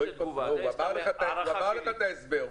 הוא אמר לך את ההסבר.